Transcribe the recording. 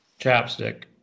chapstick